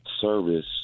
service